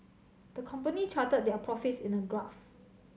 the company charted their profits in a graph